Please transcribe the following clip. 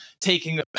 taking